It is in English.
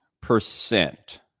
percent